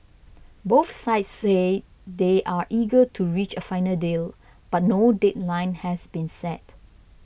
both sides say they are eager to reach a final deal but no deadline has been set